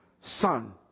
son